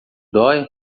dói